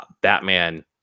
Batman